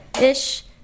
ish